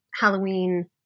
Halloween